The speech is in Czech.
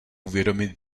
uvědomit